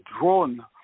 drone